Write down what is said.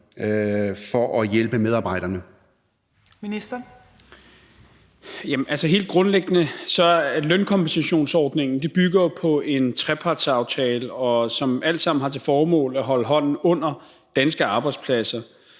(Peter Hummelgaard): Jamen helt grundlæggende bygger lønkompensationsordningen jo på en trepartsaftale, og det har alt sammen til formål at holde hånden under danske arbejdspladser.